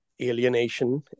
alienation